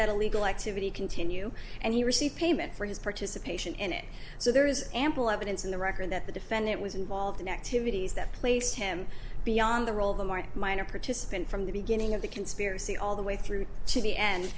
that illegal activity continue and he received payment for his participation in it so there is ample evidence in the record that the defendant was involved in activities that placed him beyond the role of the marc minor participant from the beginning of the conspiracy all the way through to the end